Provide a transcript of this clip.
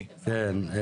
כן.